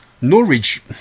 Norwich